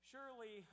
Surely